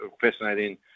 fascinating